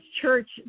church